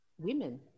women